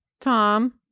Tom